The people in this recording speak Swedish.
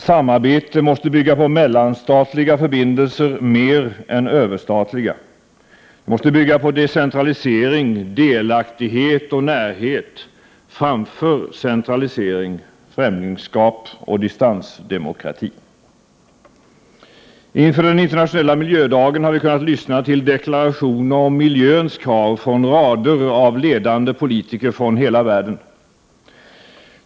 Samarbete måste bygga på mellanstatliga förbindelser mer än på överstatliga, mer på decentralisering, delaktighet och närhet än på centralisering, främlingskap och distansdemokrati. Inför den internationella miljödagen har vi kunnat lyssna till deklarationer om miljöns krav från rader av ledande politiker från hela världen.